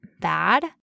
bad